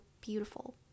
beautiful